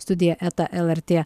studija eta ltr